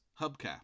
hubcap